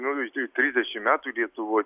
nu virš tri trisdešim metų lietuvoj